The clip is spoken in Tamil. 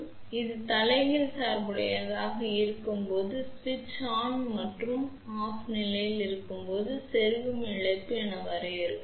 இது தலைகீழ் சார்புடையதாக இருக்கும்போது சுவிட்ச் ஆன் மற்றும் ஆன் நிலையில் இருக்கும்போது செருகும் இழப்பு என வரையறுக்கிறோம்